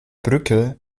brücke